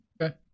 Okay